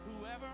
Whoever